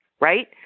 right